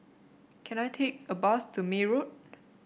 can I take a bus to May Road